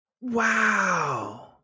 Wow